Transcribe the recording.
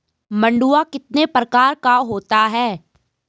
मंडुआ कितने प्रकार का होता है?